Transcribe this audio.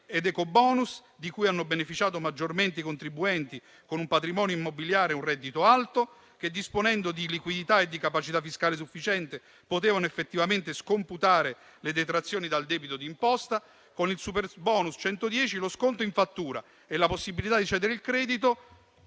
ed ecobonus, di cui hanno beneficiato maggiormente i contribuenti con un patrimonio immobiliare e un reddito alto, che, disponendo di liquidità e di capacità fiscale sufficiente, potevano effettivamente scomputare le detrazioni dal debito d'imposta, con il superbonus 110 lo sconto in fattura e la possibilità di cedere il credito